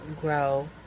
grow